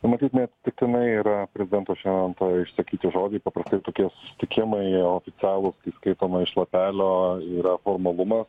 matyt neatsitiktinai yra prezidento šiandien to išsakyti žodžiai paprastai tokie susitikimai oficialūs kai skaitoma iš lapelio yra formalumas